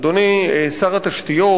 אדוני שר התשתיות,